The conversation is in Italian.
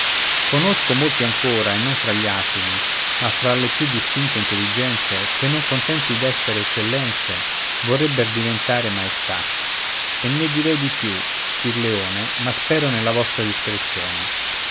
conosco molti ancora e non fra gli asini ma fra le più distinte intelligenze che non contenti d'essere eccellenze vorrebber diventare maestà e ne direi di più sire leone ma spero nella vostra discrezione